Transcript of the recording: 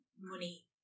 money